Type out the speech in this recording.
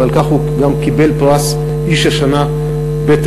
ועל כך הוא גם קיבל פרס איש השנה בתיירות.